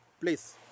Please